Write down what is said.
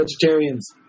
vegetarians